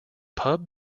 pub